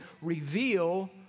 reveal